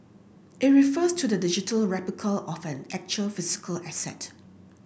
it refers to the digital replica of an actual physical asset